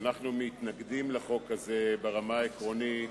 ואנחנו מתנגדים לחוק הזה ברמה העקרונית,